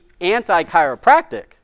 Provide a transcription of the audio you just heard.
anti-chiropractic